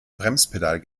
bremspedal